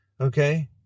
Okay